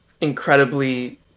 incredibly